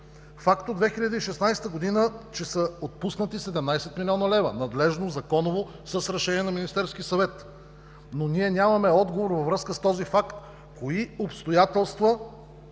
Факт от 2016 г. е, че са отпуснати 17 млн. лв. – надлежно, законово с Решение на Министерски съвет. Но ние нямаме отговор във връзка са този факт: кои обстоятелства